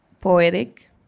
poetic